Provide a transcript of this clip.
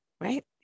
right